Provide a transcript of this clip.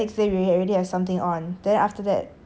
but the something on was like around in the afternoon